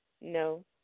No